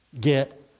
Get